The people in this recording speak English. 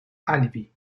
alibi